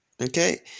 Okay